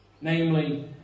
namely